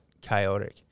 chaotic